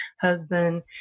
husband